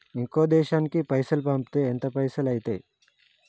ఇంకో దేశానికి పైసల్ పంపితే ఎంత పైసలు అయితయి?